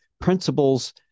principles